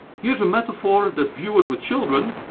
here's a metaphor that viewers with children,